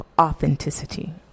authenticity